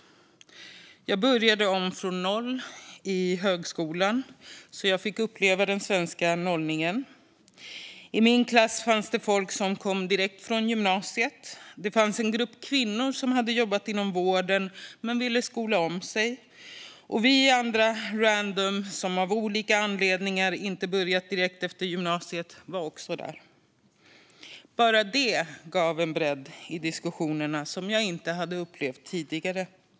Jag började om från noll i högskolan, så jag fick uppleva den svenska nollningen. I min klass fanns det folk som kom direkt från gymnasiet. Det fanns en grupp kvinnor som hade jobbat inom vården och som ville skola om sig, och vi andra - random - som av olika anledningar inte börjat direkt efter gymnasiet var också där. Bara det gav en bredd i diskussionerna som jag inte hade upplevt tidigare.